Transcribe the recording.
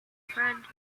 friend